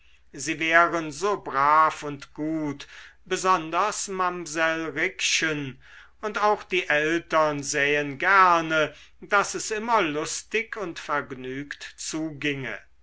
sie wären so brav und gut besonders mamsell rikchen und auch die eltern sähen gerne daß es immer lustig und vergnügt zuginge